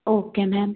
okay ma'am